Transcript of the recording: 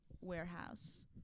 warehouse